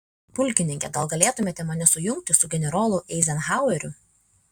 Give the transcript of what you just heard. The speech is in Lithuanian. pulkininke gal galėtumėte mane sujungti su generolu eizenhaueriu